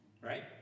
Right